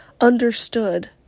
understood